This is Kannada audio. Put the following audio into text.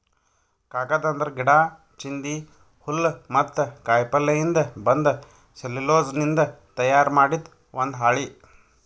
ಕಾಗದ್ ಅಂದ್ರ ಗಿಡಾ, ಚಿಂದಿ, ಹುಲ್ಲ್ ಮತ್ತ್ ಕಾಯಿಪಲ್ಯಯಿಂದ್ ಬಂದ್ ಸೆಲ್ಯುಲೋಸ್ನಿಂದ್ ತಯಾರ್ ಮಾಡಿದ್ ಒಂದ್ ಹಾಳಿ